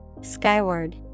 Skyward